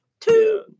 two